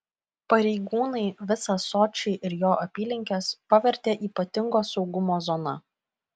pareigūnai visą sočį ir jo apylinkes pavertė ypatingo saugumo zona